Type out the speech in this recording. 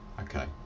Okay